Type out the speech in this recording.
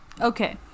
Okay